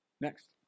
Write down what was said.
Next